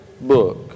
book